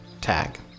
tag